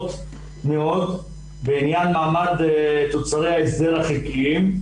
מורכבות מאוד בניין מעמד תוצרי ההסדר החלקיים,